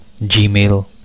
Gmail